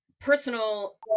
personal